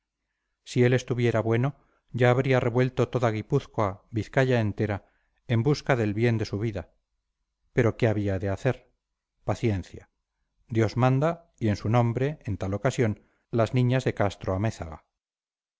si él estuviera bueno ya habría revuelto toda guipúzcoa vizcaya entera en busca del bien de su vida pero qué había de hacer paciencia dios manda y en su nombre en tal ocasión las niñas de castro-amézaga